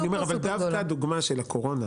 דווקא הדוגמה של הקורונה